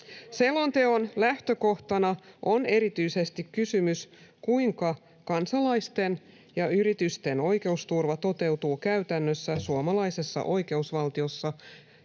Selonteon lähtökohtana on erityisesti kysymys, kuinka kansalaisten ja yritysten oikeusturva toteutuu käytännössä suomalaisessa oikeusvaltiossa